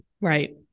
right